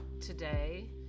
today